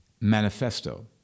manifesto